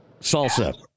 Salsa